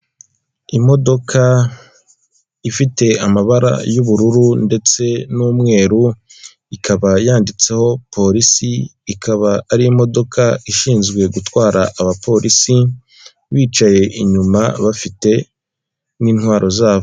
Imodoka ifite amabara y'ubururu ndetse n'umweru, ikaba yanditseho polisi, ikaba ari imodoka ishinzwe gutwara abapolisi bicaye inyuma bafite n'intwaro zabo.